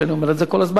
ואני אומר את זה כל הזמן,